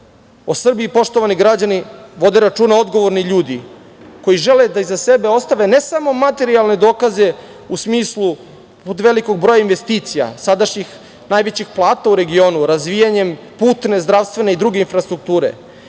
Srbiji, poštovani građani, vode računa odgovorni ljudi koji žele da iza sebe ostave ne samo materijalne dokaze u smislu velikog broja investicija sadašnjih najvećih plata u regionu, razvijanjem putne zdravstvene i druge infrastrukture,